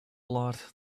lot